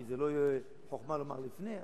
כי זה לא חוכמה לומר לפני.